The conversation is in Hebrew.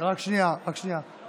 רק שנייה, רק שנייה.